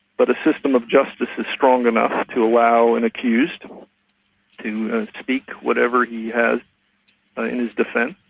but a system of justice is strong enough to allow an accused to speak whatever he has in his defence,